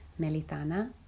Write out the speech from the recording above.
Melitana